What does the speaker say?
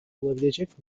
olabilecek